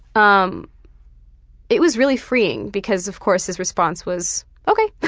um it was really freeing because of course his response was okay.